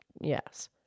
Yes